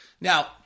Now